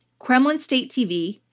kremlin state tv,